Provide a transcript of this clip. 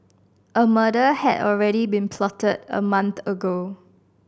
a murder had already been plotted a month ago